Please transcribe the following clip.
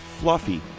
Fluffy